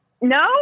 No